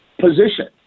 position